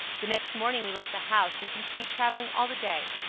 the next morning we left the house, and continued travelling all the day.